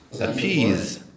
appease